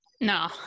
No